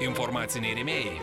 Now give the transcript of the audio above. informaciniai rėmėjai